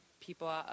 people